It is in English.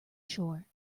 shore